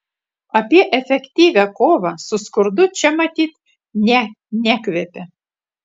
apie efektyvią kovą su skurdu čia matyt ne nekvepia